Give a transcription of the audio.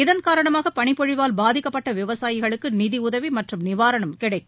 இதன் காரணமாக பளிப்பொழிவால் பாதிக்கப்பட்ட விவசாயிகளுக்கு நிதியுதவி மற்றும் நிவாரணம் கிடைக்கும்